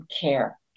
care